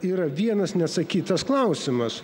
yra vienas neatsakytas klausimas